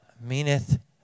meaneth